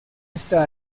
esta